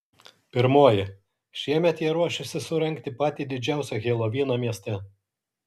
pirmoji šiemet jie ruošiasi surengti patį didžiausią helovyną mieste